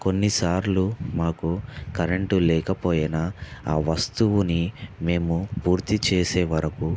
కొన్నిసార్లు మాకు కరెంట్ లేకపోయినా ఆ వస్తువుని మేము పూర్తిచేసే వరకు